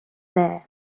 there